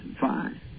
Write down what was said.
fine